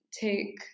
take